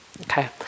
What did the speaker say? Okay